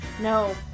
No